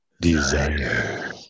desire